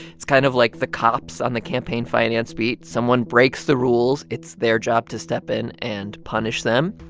it's kind of like the cops on the campaign finance beat. someone breaks the rules, it's their job to step in and punish them.